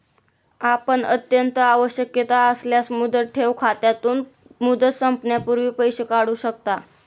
आपण अत्यंत आवश्यकता असल्यास मुदत ठेव खात्यातून, मुदत संपण्यापूर्वी पैसे काढू शकता